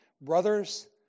Brothers